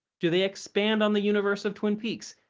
do they expand on the universe of twin peaks?